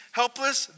helpless